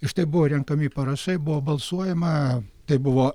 štai buvo renkami parašai buvo balsuojama tai buvo